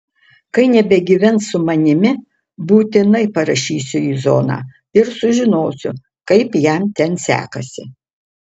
kai nebegyvens su manimi būtinai parašysiu į zoną ir sužinosiu kaip jam ten sekasi